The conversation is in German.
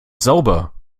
sauber